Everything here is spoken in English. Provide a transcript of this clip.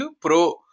pro